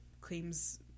claims